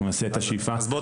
אז בוא,